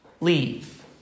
leave